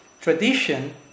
tradition